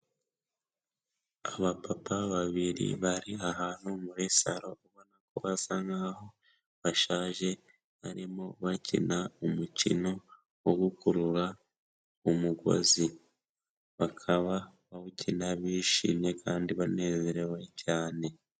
Abapapa babiri bari ahantu muri saro ko basa nk'aho bashaje, barimo bakina umukino wo gukurura umugozi, bakaba bawukina bishimye kandi banezerewe cyane.